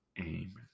Amen